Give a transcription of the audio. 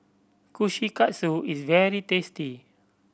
Kushikatsu is very tasty